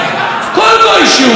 כל גוי שהוא,